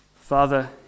Father